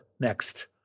Next